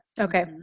Okay